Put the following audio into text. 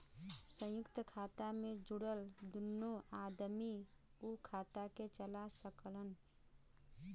संयुक्त खाता मे जुड़ल दुन्नो आदमी उ खाता के चला सकलन